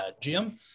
Jim